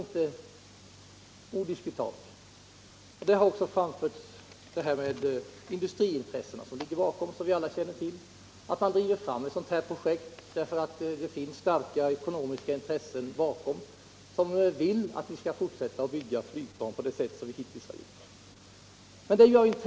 Under debatten har också framhållits industriintressena. Vi vet alla att det här projektet drivs fram av starka ekonomiska intressen som vill att vi fortsätter bygga flygplan på det sätt som vi hittills har gjort.